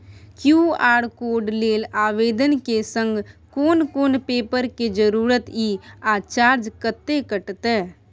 QR code लेल आवेदन के संग कोन कोन पेपर के जरूरत इ आ चार्ज कत्ते कटते?